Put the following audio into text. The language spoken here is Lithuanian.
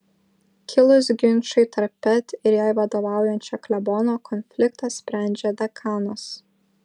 kilus ginčui tarp pet ir jai vadovaujančio klebono konfliktą sprendžia dekanas